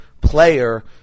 player